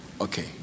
Okay